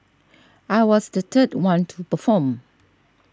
I was the third one to perform